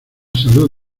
salud